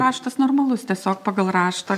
raštas normalus tiesiog pagal raštą